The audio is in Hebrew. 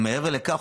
אך מעבר לכך,